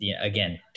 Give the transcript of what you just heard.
again